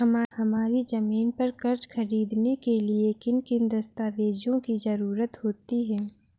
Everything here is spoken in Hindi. हमारी ज़मीन पर कर्ज ख़रीदने के लिए किन किन दस्तावेजों की जरूरत होती है?